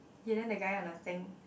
hidden that guy on a thing